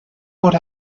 wurde